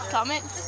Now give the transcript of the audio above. Comments